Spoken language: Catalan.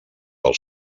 del